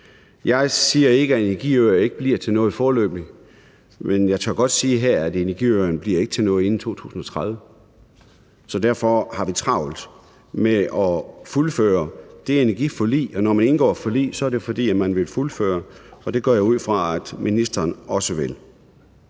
Jeg siger ikke, at energiøer ikke bliver til noget foreløbig, men jeg tør godt sige her, at energiøerne ikke bliver til noget inden 2030. Så derfor har vi travlt med at fuldføre det energiforlig, og når man indgår et forlig, er det, fordi man vil fuldføre det, og det går jeg ud fra at ministeren også vil.